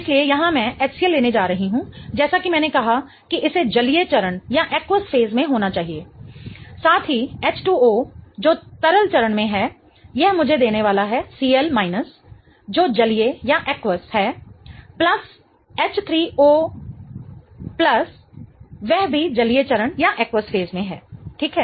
इसलिए यहां मैं HCl लेने जा रही हूं जैसा कि मैंने कहा कि इसे जलीय चरण में होना है साथ ही H2O जो तरल चरण में है यह मुझे देने वाला है Cl जो जलीय है प्लस H3O वह भी जलीय चरण है ठीक है